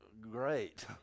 great